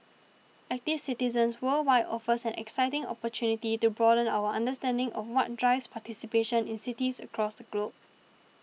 active citizens worldwide offers an exciting opportunity to broaden our understanding of what drives participation in cities across the globe